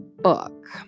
Book